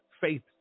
faith